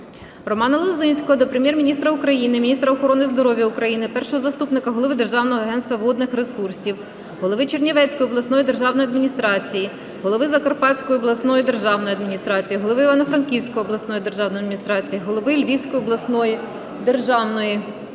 Романа Лозинського до Прем'єр-міністра України, міністра охорони здоров'я України, першого заступника голови Державного агентства водних ресурсів України, голови Чернівецької обласної державної адміністрації, голови Закарпатської обласної державної адміністрації, голови Івано-Франківської обласної державної адміністрації, голови Львівської обласної державної адміністрації,